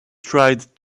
tried